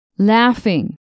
Laughing